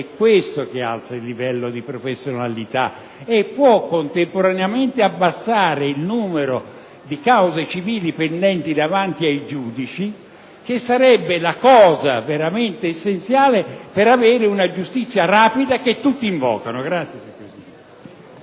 è questo che alza il livello di professionalità e può contemporaneamente abbassare il numero di cause civili pendenti davanti ai giudici, il che sarebbe veramente essenziale per quella giustizia rapida che tutti invocano.